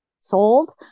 sold